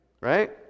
Right